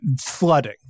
flooding